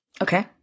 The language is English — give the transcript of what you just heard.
Okay